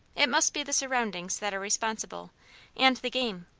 it must be the surroundings that are responsible and the game.